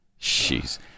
Jeez